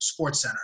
SportsCenter